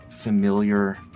Familiar